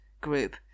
group